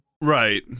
right